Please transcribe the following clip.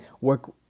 work